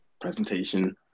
presentation